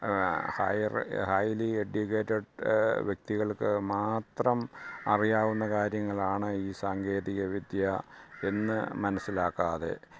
higher highly educated വ്യക്തികള്ക്ക് മാത്രം അറിയാവുന്ന കാര്യങ്ങളാണ് ഈ സാങ്കേതികവിദ്യ എന്ന് മനസ്സിലാക്കാതെ